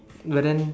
but then